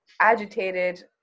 agitated